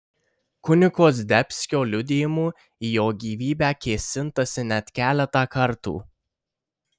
kunigo zdebskio liudijimu į jo gyvybę kėsintasi net keletą kartų